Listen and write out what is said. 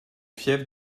fief